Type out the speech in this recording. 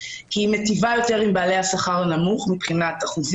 כי היא מיטיבה יותר עם בעלי השכר הנמוך באחוזים.